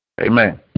Amen